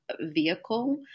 vehicle